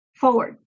forward